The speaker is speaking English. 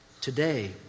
Today